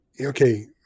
okay